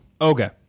okay